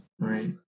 Right